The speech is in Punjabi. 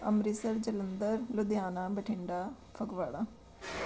ਅੰਮ੍ਰਿਤਸਰ ਜਲੰਧਰ ਲੁਧਿਆਣਾ ਬਠਿੰਡਾ ਫਗਵਾੜਾ